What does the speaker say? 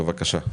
בבקשה.